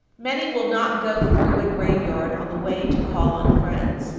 many will not go through a graveyard on the way to call on friends,